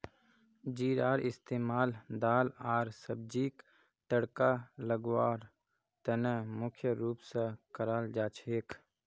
जीरार इस्तमाल दाल आर सब्जीक तड़का लगव्वार त न मुख्य रूप स कराल जा छेक